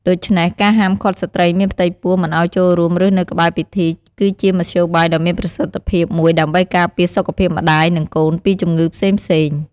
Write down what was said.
ដូច្នេះ ការហាមឃាត់ស្ត្រីមានផ្ទៃពោះមិនឲ្យចូលរួម ឬនៅក្បែរពិធី គឺជាមធ្យោបាយដ៏មានប្រសិទ្ធភាពមួយដើម្បីការពារសុខភាពម្តាយ និងកូនពីជំងឺផ្សេងៗ។